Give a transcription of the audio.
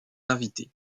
invitée